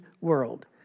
world